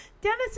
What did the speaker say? Dennis